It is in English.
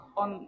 on